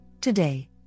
today